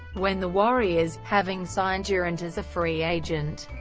when the warriors, having signed durant as a free agent,